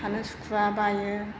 थानो सुखुवा बायो